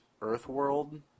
Earthworld